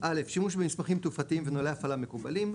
- שימוש במסמכים תעופתיים ונהלי הפעלה מקובלים,